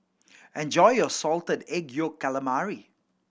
enjoy your Salted Egg Yolk Calamari